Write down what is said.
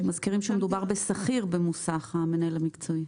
אנחנו מזכירים שמדובר בשכיר במוסך ולא במנהל מקצועי.